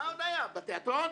בתיאטרון?